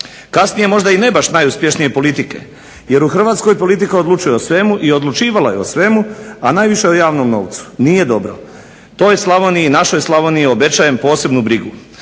kasnije možda i ne baš najuspješnije politike, jer u Hrvatskoj politika odlučuje o svemu i odlučivala je o svemu, a najviše o javnom novcu. Nije dobro. Toj Slavoniji, našoj Slavoniji obećajm posebnu brigu.